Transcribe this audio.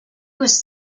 was